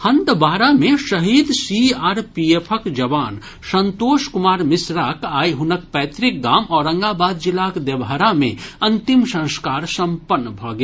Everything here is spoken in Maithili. हंदवाड़ा मे शहीद सीआरपीएफक जवान संतोष कुमार मिश्राक आइ हुनक पैतृक गाम औरंगाबाद जिलाक देवहरा मे अंतिम संस्कार सम्पन्न भऽ गेल